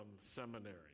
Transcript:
seminary